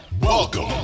Welcome